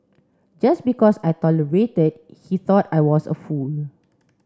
just because I tolerated he thought I was a fool